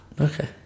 Okay